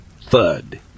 thud